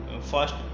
first